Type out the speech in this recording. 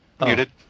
Muted